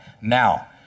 Now